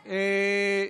בריאות,